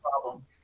problem